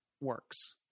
works